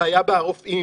הבעיה עם הרופאים